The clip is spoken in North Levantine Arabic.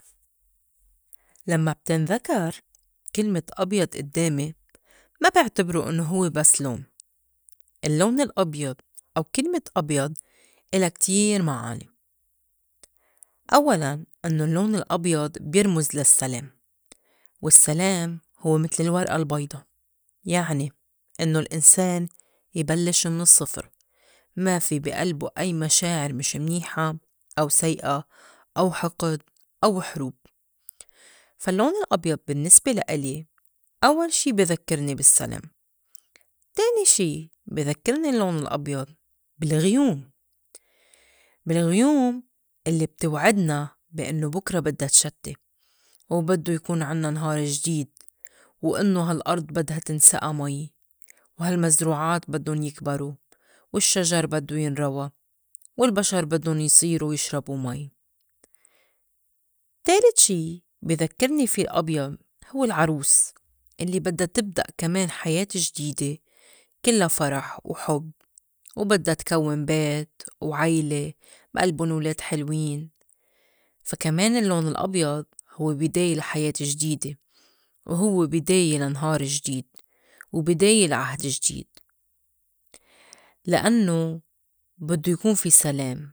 لمّا بتِنْذكر كِلمة أبيض إدامي ما بِعتبرو إنّو هوّ بس لون، اللّون الأبيض أو كلمة أبيض إلا كتير معاني. أوّلاً إنّو اللّون الأبيض بيرمُز لسّلِام والسّلِام هوّ متل الورقة البيضا يعني إنّو الإنسان يبلّش من الصّفِر ما في بي ألبو أي مشاعِر مش منيحة أو سيئة أو حقِد أو حروب. فاللّون الأبيض بالنّسبة لإلي أول شي بيذكّرني بالسلام، تاني شي بيذكّرني اللّون الأبيض بالغيوم بالغيوم الّي بتوعدنا بي إنّو بُكرا بدّا تشتّي وبدّو يكون عِنّا نهار جديد وإنّو هالأرض بدها تنسقى مي وهالمزروعات بدُّن يكبرو والشّجر بدّو ينروى والبشر بدُّن يصيرو يشربو مي، تالت شي بيذكّرني في الأبيض هوّ العروس الّي بدّا تبدأ كمان حياة جديدة كِلّا فَرَح وحُب وبدّا تكوّن بيت وعيلة بألبُن ولاد حلوين، فا كمان اللّون الأبيض هوّ بِداية لحياة جديدة، وهوّ بِداية لنهار جديد وبِداية لعهد جديد، لأنّو بدّو يكون في سلام.